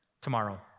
tomorrow